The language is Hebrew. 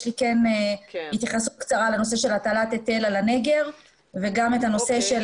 יש לי כן התייחסות קצרה לנושא של הטלת היטל על הנגר וגם את הנושא של